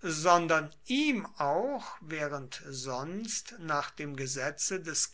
sondern ihm auch während sonst nach dem gesetze des